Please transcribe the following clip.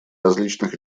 различных